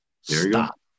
stop